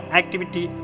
activity